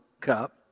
cup